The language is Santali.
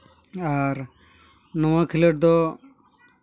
ᱟᱨ ᱱᱚᱣᱟ ᱠᱷᱮᱹᱞᱳᱰ ᱫᱚ